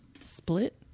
Split